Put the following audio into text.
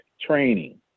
training